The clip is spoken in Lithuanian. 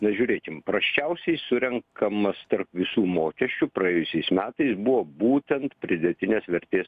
na žiūrėkim prasčiausiai surenkamas tarp visų mokesčių praėjusiais metais buvo būtent pridėtinės vertės